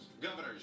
Governors